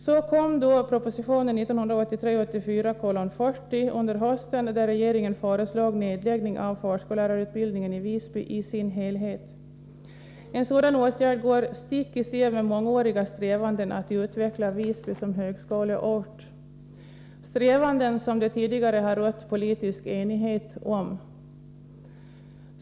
Så kom då proposition 1983/84:40 under hösten, där regeringen föreslog nedläggning av hela förskollärarutbildningen i Visby. En sådan åtgärd går stick i stäv med mångåriga strävanden att utveckla Visby som högskoleort — strävanden som det tidigare rått politisk enighet om.